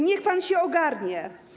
Niech pan się ogarnie.